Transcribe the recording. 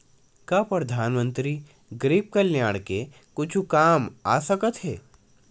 का परधानमंतरी गरीब कल्याण के कुछु काम आ सकत हे